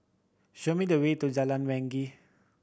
show me the way to Jalan Wangi